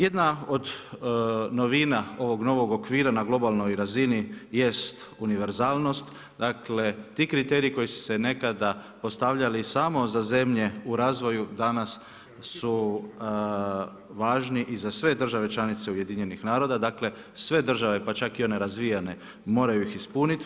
Jedna od novina ovog novog okvira na globalnoj razini jest univerzalnost, dakle, ti kriteriji koji su se nekada postavljali samo za zemlje u razvoju, danas su važni i za sve članice UN, dakle, sve države pa čak i one razvijene, moraju ih ispuniti.